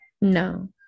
no